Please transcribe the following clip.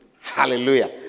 Hallelujah